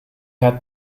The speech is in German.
hat